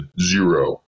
zero